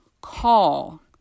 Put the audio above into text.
call